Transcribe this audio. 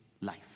life